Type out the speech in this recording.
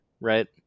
right